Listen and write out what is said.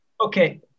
Okay